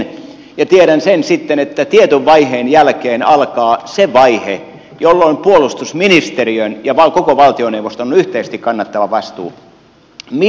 ja tiedän sen että tietyn vaiheen jälkeen alkaa se vaihe jolloin puolustusmi nisteriön ja koko valtioneuvoston on yhteisesti kannettava vastuu